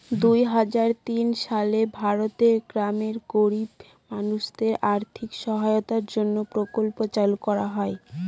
দুই হাজার তিন সালে ভারতের গ্রামের গরিব মানুষদের আর্থিক সহায়তার জন্য প্রকল্প চালু করা হয়